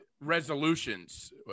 resolutions